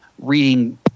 reading